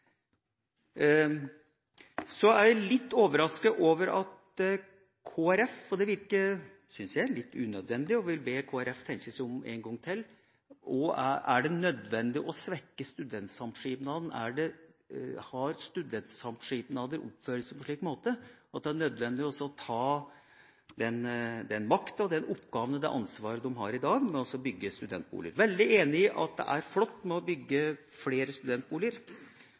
Så er jeg litt overrasket over Kristelig Folkeparti. Jeg syns det burde være unødvendig å be Kristelig Folkeparti tenke seg om en gang til: Er det nødvendig å svekke studentsamskipnadene? Har studentsamskipnader oppført seg på en slik måte at det er nødvendig å ta fra dem makta, oppgavene og ansvaret de i dag har for å bygge studentboliger? Jeg er veldig enig i at det er flott å bygge flere studentboliger,